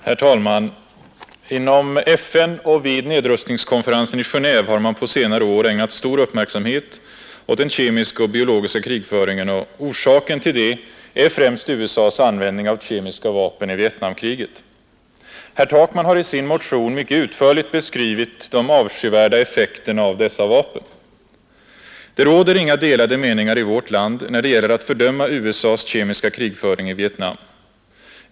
Herr talman! Inom FN och vid nedrustningskonferensen i Genéve har man på senare år ägnat stor uppmärksamhet åt den kemiska och biologiska krigföringen. Orsaken till det är främst USA s användning av kemiska vapen i Vietnamkriget. Herr Takman har i sin motion mycket utförligt beskrivit de avskyvärda effekterna av dessa vapen. Det råder inga delade meningar i vårt land när det gäller att fördöma USAs kemiska krigföring i Vietnam.